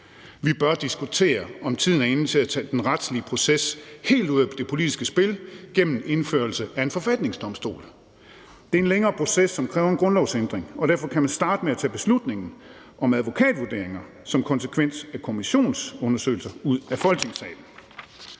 Vi bør diskutere, om tiden er inde til at tage den retslige proces helt ud af det politiske spil gennem indførelse af en forfatningsdomstol. Det er en længere proces, som kræver en grundlovsændring, og derfor kan man starte med at tage beslutningen om advokatvurderinger som konsekvens af kommissionsundersøgelser ud af Folketingssalen.